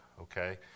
okay